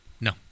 No